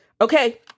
Okay